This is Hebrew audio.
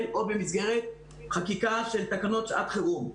או במסגרת חקיקה של תקנות שעת חירום.